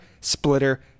splitter